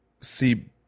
see